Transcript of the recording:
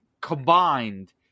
combined